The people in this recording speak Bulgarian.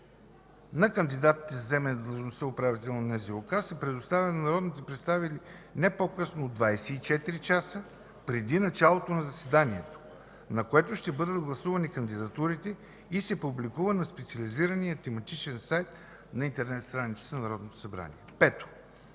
Националната здравноосигурителна каса се предоставя на народните представители не по-късно от 24 часа преди началото на заседанието, на което ще бъдат гласувани кандидатурите, и се публикува на специализирания тематичен сайт на интернет страницата на Народното